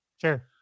Sure